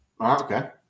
Okay